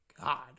God